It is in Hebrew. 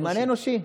למענה אנושי.